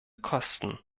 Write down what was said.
kosten